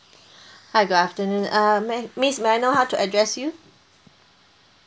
hi good afternoon uh may miss may I know how to address you